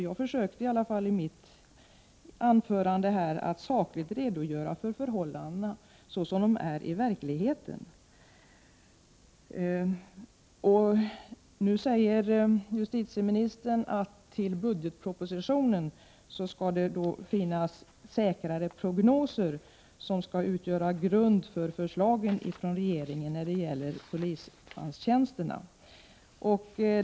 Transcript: Jag försökte i alla fall i mitt anförande att objektivt redogöra för dessa förhållanden såsom de är i verkligheten. Justitieministern säger att det i budgetpropositionen kommer att finnas säkrare prognoser som skall utgöra grund för förslagen från regeringen när det gäller polismanstjänsterna.